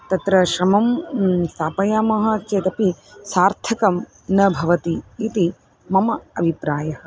तत्र श्रमं स्थापयामः चेदपि सार्थकं न भवति इति मम अभिप्रायः